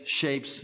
shapes